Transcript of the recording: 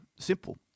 Simple